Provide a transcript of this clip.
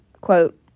Quote